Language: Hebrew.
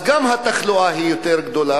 אז גם התחלואה יותר גדולה,